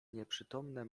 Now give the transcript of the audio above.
nieprzytomne